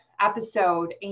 episode